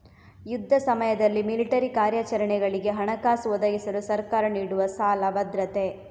ಯುದ್ಧ ಸಮಯದಲ್ಲಿ ಮಿಲಿಟರಿ ಕಾರ್ಯಾಚರಣೆಗಳಿಗೆ ಹಣಕಾಸು ಒದಗಿಸಲು ಸರ್ಕಾರ ನೀಡುವ ಸಾಲ ಭದ್ರತೆ